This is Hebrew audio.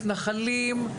מתנחלים,